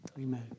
Amen